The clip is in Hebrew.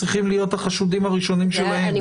צריכים להיות החשודים הראשונים שלהם.